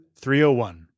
301